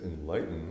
enlightened